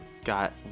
got